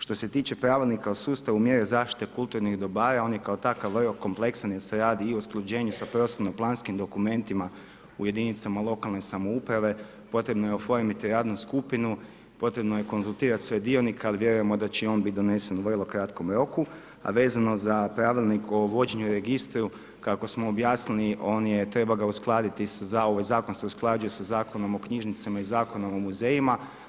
Što se tiče pravilnika o sustavu mjere zaštite kulturnih dobara, on je kao takav vrlo kompleksan jer se radi i o usklađenju sa posebno planskim dokumentima u jedinicama lokalne samouprave, potrebno je oformiti radnu skupinu, potrebno je konzultirati sve dionike ali vjerujemo da će i on biti donesen u vrlo kratkom roku a vezano za pravilnik o vođenju i registru, kako smo objasnili, zakon se usklađuje sa Zakonom o knjižnicama i Zakonom o muzejima.